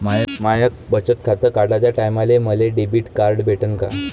माय बचत खातं काढाच्या टायमाले मले डेबिट कार्ड भेटन का?